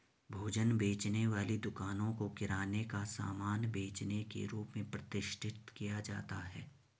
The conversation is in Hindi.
भोजन बेचने वाली दुकानों को किराने का सामान बेचने के रूप में प्रतिष्ठित किया जाता है